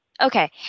Okay